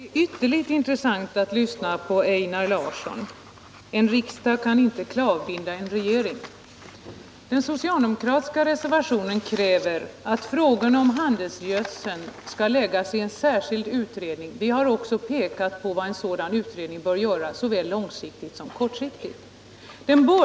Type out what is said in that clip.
Herr talman! Det är ytterst intressant att lyssna på Einar Larsson. En riksdag kan inte klavbinda en regering, menade han. I den socialdemokratiska reservationen krävs att frågorna om handelsgödseln skall behandlas av en särskild utredning. Vi har också pekat på vad en sådan utredning bör göra såväl långsiktigt som kortsiktigt.